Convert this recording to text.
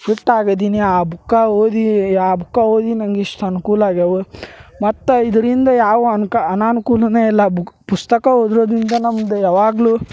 ಫಿಟ್ಟಾಗದಿನಿ ಆ ಬುಕ್ಕಾ ಓದೀ ಆ ಬುಕ್ಕಾ ಓದಿ ನನ್ಗೆ ಎಷ್ಟು ಅನುಕೂಲ ಆಗ್ಯವು ಮತ್ತು ಇದ್ರಿಂದ ಯಾವ ಅನ್ಕ ಅನಾನುಕೂಲನೆ ಇಲ್ಲ ಬುಕ್ ಪುಸ್ತಕ ಓದೊದರಿಂದ ನಮ್ದು ಯವಾಗಲು